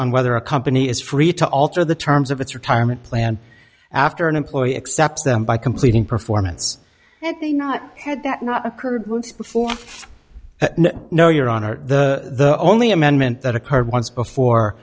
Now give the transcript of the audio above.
on whether a company is free to alter the terms of its retirement plan after an employee accepts them by completing performance and they not had that not occurred before no your honor the only amendment that occurred once before